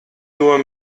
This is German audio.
nur